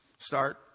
Start